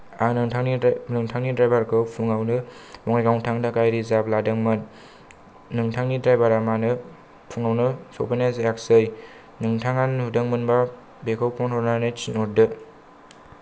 आं नोंथांनि द्राइभार खौ फुङावनो बङाइगाव थांनो थाखाय रिजार्ब लादोंमोन नोंथांनि द्राइभार आ मानो फुङावनो सौफैनाय जायाखिसै नोंथाङा नुदोंमोनबा बेखौ फन हरनानै थिनहरदो